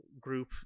group